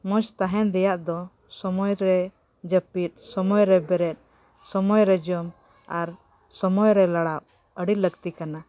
ᱢᱚᱡᱽ ᱛᱟᱦᱮᱱ ᱨᱮᱭᱟᱜ ᱫᱚ ᱥᱚᱢᱚᱭ ᱨᱮ ᱡᱟᱹᱯᱤᱫ ᱥᱚᱢᱚᱭ ᱨᱮ ᱵᱮᱨᱮᱫ ᱥᱚᱢᱚᱭ ᱨᱮ ᱡᱚᱢ ᱟᱨ ᱥᱚᱢᱚᱭ ᱨᱮ ᱞᱟᱲᱟᱜ ᱟᱹᱰᱤ ᱞᱟᱹᱠᱛᱤ ᱠᱟᱱᱟ